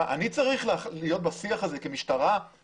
אני צריך כמשטרה להיות בשיח הזה?